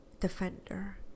Defender